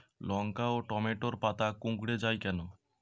লঙ্কা ও টমেটোর পাতা কুঁকড়ে য়ায় কেন?